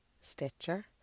Stitcher